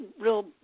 real